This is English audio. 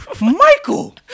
Michael